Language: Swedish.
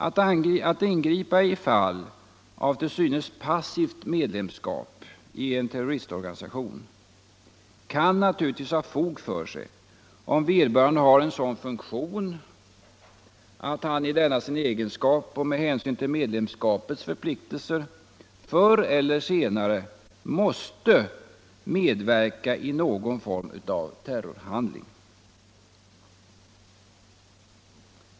Att ingripa i fall av till synes passivt medlemskap i en terrorristorganisation kan naturligtvis ha fog för sig, om vederbörande har en sådan funktion att han i denna sin egenskap och med hänsyn till medlemskapets förpliktelser förr eller senare måste medverka i någon form av terrorhandling.